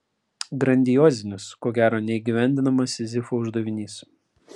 grandiozinis ko gero neįgyvendinamas sizifo uždavinys